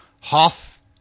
Hoth